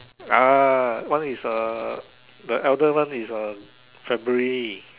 ah one is a the eldest one is a February